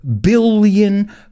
billion